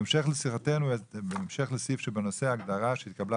בהמשך לסעיף שבנושא ההגדרה שהתקבלה